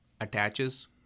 attaches